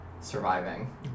surviving